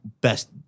Best